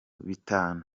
bitanu